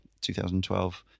2012